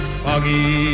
foggy